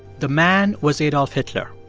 the man was adolph hitler.